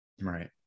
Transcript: Right